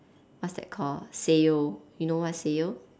what's that call Sanyo you know what's Sanyo